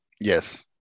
Yes